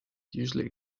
usually